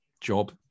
job